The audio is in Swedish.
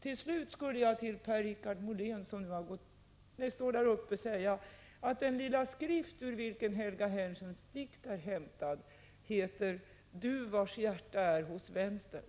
Till slut vill jag säga till Per-Richard Molén att den lilla skrift ur vilken Helga Henschens dikt är hämtad heter Du vars hjärta är hos vänstern.